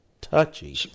Touchy